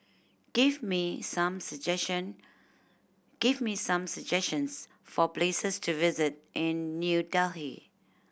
give me some suggestion give me some suggestions for places to visit in New Delhi